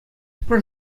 пӗр